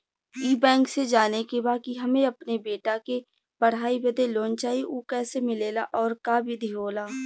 ई बैंक से जाने के बा की हमे अपने बेटा के पढ़ाई बदे लोन चाही ऊ कैसे मिलेला और का विधि होला?